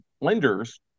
lenders